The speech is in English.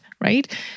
right